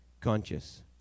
Conscious